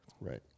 Right